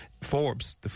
Forbes